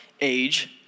age